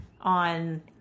On